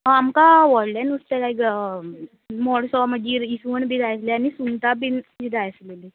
हय आमकां व्हडलें नुस्तें जाय मोडसो मागीर इसवण बी जाय आसले आनी सुंगटां बी जाय आसलेलीं